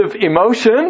emotion